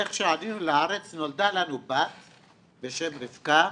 איך שעלינו לארץ נולדה לנו בת בשם רבקה